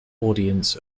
audience